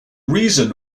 reason